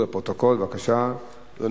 בבקשה,